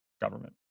government